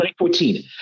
2014